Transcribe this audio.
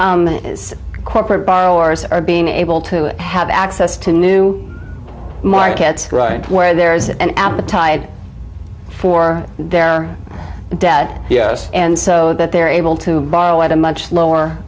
corporate borrowers are being able to have access to new markets right where there's an appetite for their debt and so that they're able to borrow at a much lower